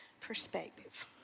perspective